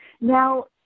Now